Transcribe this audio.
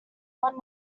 what